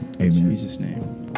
amen